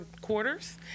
quarters